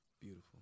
beautiful